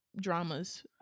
dramas